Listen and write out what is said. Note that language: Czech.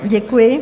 Děkuji.